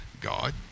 God